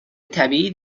طبیعی